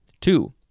Two